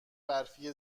برفی